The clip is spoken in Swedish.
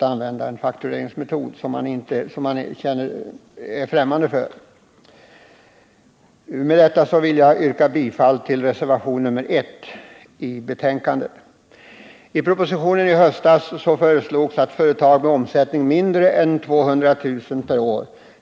använda en faktureringsmetod som de är främmande för. Med det sagda vill jag yrka bifall till reservationen 1. I propositionen i höstas föreslogs att företag med en omsättning understigande 200 000 kr.